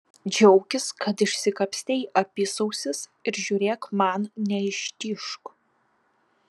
džiaukis kad išsikapstei apysausis ir žiūrėk man neištižk